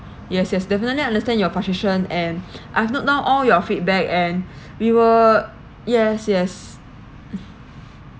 yes yes definitely understand your frustration and I've note down all your feedback and we will yes yes